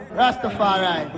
rastafari